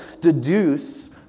deduce